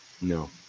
No